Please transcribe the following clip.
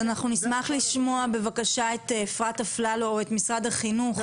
אז אנחנו נשמח לשמוע בבקשה את אפרת אפללו או את משרד החינוך.